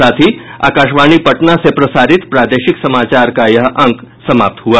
इसके साथ ही आकाशवाणी पटना से प्रसारित प्रादेशिक समाचार का ये अंक समाप्त हुआ